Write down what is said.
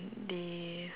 they